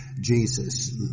Jesus